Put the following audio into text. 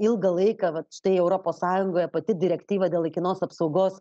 ilgą laiką vat štai europos sąjungoje pati direktyva dėl laikinos apsaugos